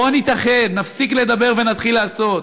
בואו נתאחד, נפסיק לדבר ונתחיל לעשות.